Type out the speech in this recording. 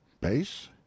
Base